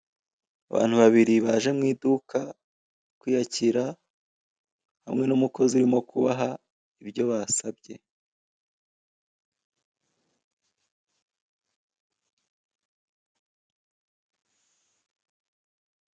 Abantu babiri baje mu iduka kwiyakira hamwe n'umukozi urimo kubaha ibyo basabye.